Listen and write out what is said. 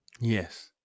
Yes